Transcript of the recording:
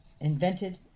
invented